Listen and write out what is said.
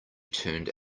turned